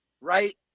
right